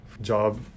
job